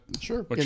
sure